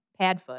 Padfoot